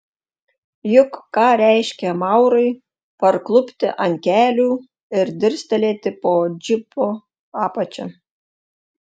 juk ką reiškė maurui parklupti ant kelių ir dirstelėti po džipo apačia